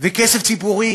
וכסף ציבורי?